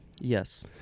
Yes